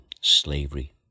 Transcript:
slavery